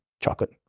chocolate